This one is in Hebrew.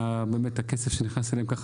מהכסף שנכנס אליהם ככה,